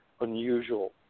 unusual